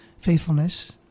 faithfulness